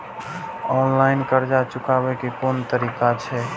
Online कर्ज चुकाने के कोन तरीका छै?